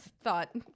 thought